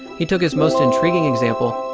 he took his most intriguing example,